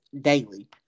daily